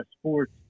Sports